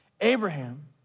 Abraham